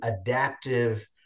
adaptive